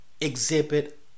exhibit